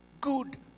good